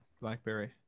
BlackBerry